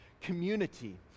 community